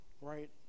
right